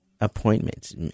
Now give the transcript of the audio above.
appointments